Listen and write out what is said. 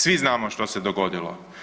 Svi znamo što se dogodilo.